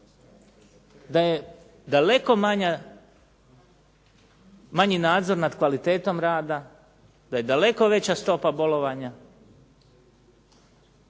da je daleko manji nadzor nad kvalitetom rada, da je daleko veća stopa bolovanja,